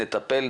נטפל,